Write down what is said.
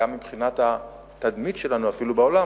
ואפילו מבחינת התדמית שלנו בעולם,